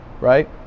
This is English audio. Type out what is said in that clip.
right